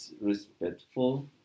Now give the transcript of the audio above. respectful